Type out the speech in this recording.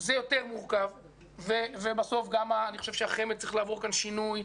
זה יותר מורכב ואני חושב שגם החמ"ד צריך לעבור פה שינוי.